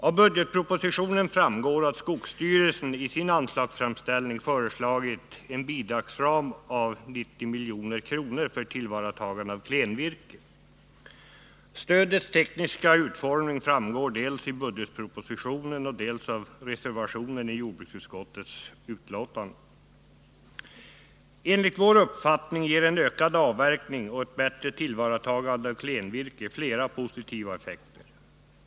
Av budgetpropositionen framgår att skogsstyrelsen i sin anslagsframställning föreslagit en bidragsram av 90 milj.kr. för tillvaratagande av Stödets tekniska utformning framgår dels av budgetpropositionen, dels av reservationen vid jordbruksutskottets betänkande. Enligt vår uppfattning ger en ökad avverkning och ett bättre tillvaratagande av klenvirke flera positiva effekter.